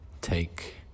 Take